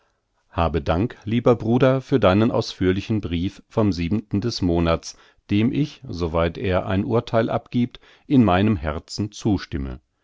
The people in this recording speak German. habe dank lieber bruder für deinen ausführlichen brief vom siebenten des monats dem ich soweit er ein urtheil abgiebt in meinem herzen zustimme